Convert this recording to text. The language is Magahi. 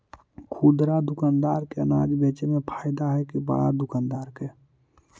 खुदरा दुकानदार के अनाज बेचे में फायदा हैं कि बड़ा दुकानदार के?